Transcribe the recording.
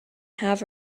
have